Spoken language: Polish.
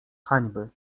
hańby